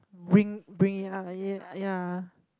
bring bring it up ah yeah yeah